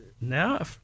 now